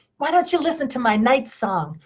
why don't you listen to my night song?